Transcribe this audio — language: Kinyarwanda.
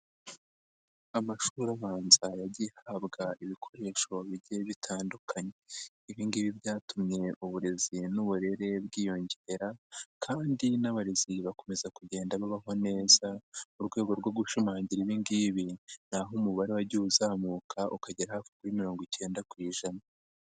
Amashuri abanza yagiye ahabwa ibikoresho bigiye bitandukanye, ibi ngibi byatumye uburezi n'uburere bwiyongera kandi n'abarezi bakomeza kugenda babaho neza, mu rwego rwo gushimangira ibi ngibi, ni aho umubare wagiye uzamuka ukagera hafi kuri mirongo icyenda ku ijana.